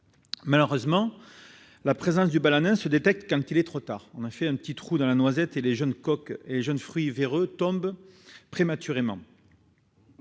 malheureusement, la présence du balanin se détecte quand il est trop tard- un petit trou dans la noisette, et les jeunes fruits véreux tombent prématurément.